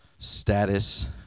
status